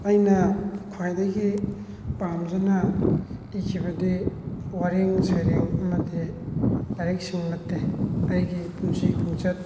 ꯑꯩꯅ ꯈ꯭ꯋꯥꯏꯗꯒꯤ ꯄꯥꯝꯖꯅ ꯏꯈꯤꯕꯗꯤ ꯋꯥꯔꯦꯡ ꯁꯩꯔꯦꯡ ꯑꯃꯗꯤ ꯂꯥꯏꯔꯤꯛꯁꯤꯡ ꯅꯠꯇꯦ ꯑꯩꯒꯤ ꯄꯨꯟꯁꯤ ꯈꯣꯡꯆꯠ